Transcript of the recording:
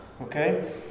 Okay